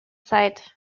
sight